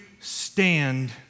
stand